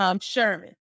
Sherman